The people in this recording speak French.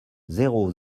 zéro